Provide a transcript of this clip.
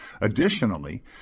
Additionally